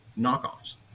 knockoffs